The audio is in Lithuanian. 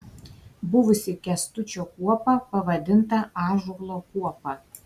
buvusi kęstučio kuopa pavadinta ąžuolo kuopa